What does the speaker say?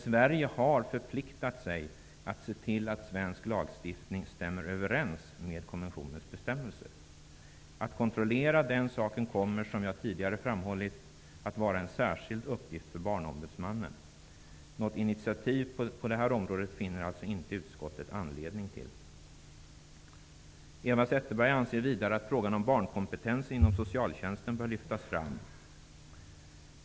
Sverige har dock förpliktat sig att se till att svensk lagstiftning stämmer överens med konventionens bestämmelser. Att kontrollera den saken kommer, som jag tidigare har framhållit, att vara en särskild uppgift för Barnombudsmannen. Utskottet finner inte anledning till att ta något initiativ på det området. Eva Zetterberg anser vidare att frågan om barnkompetensen inom socialtjänsten bör lyftas fram.